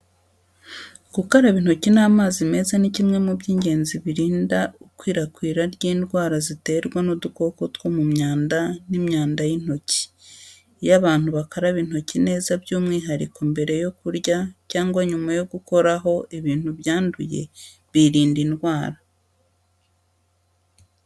Gukaraba intoki n’amazi meza ni kimwe mu by’ingenzi birinda ikwirakwira ry’indwara ziterwa n’udukoko two mu myanda n’imyanda y’intoki. Iyo abantu bakaraba intoki neza, by’umwihariko mbere yo kurya cyangwa nyuma yo gukoraho ibintu byanduye, birinda indwara.